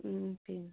മ്മ് പിന്